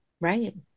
Right